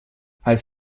als